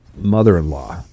mother-in-law